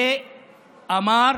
ואמר